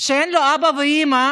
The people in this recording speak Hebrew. ואין לו אבא ואימא